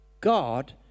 God